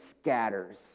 scatters